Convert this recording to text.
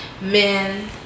men